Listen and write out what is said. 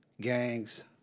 gangs